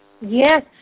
Yes